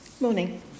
Morning